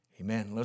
Amen